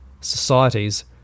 societies